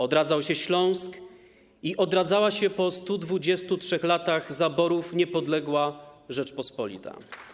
Odradzał się Śląsk i odradzała się po 123 latach zaborów niepodległa Rzeczpospolita.